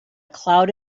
cloud